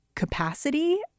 capacity